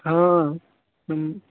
हँ हम्म